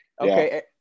Okay